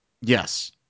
yes